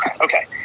Okay